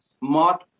Mark